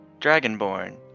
Dragonborn